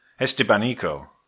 Estebanico